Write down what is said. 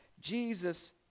jesus